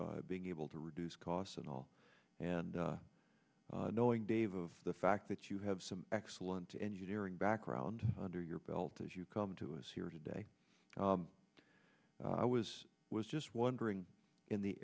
being able to reduce costs and all and knowing dave of the fact that you have some excellent engineering background under your belt as you come to us here today i was was just wondering in the